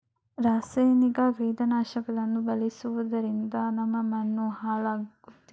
ರಾಸಾಯನಿಕ ಕೀಟನಾಶಕಗಳನ್ನು ಬಳಸುವುದರಿಂದ ನಮ್ಮ ಮಣ್ಣು ಹಾಳಾಗುತ್ತಿದೆ